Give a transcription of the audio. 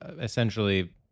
essentially